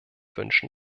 wünschen